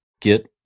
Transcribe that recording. get